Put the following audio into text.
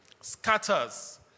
scatters